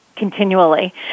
continually